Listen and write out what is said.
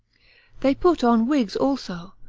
they put on wigs, also,